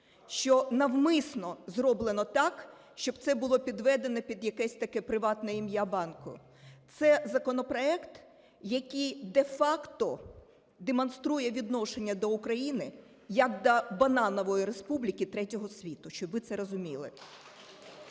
Що навмисно зроблено так, щоб це було підведено під якесь таке приватне ім'я банку. Це законопроект, який де-факто демонструє відношення до України як до "бананової" республіки третього світу, щоб ви це розуміли.